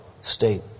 state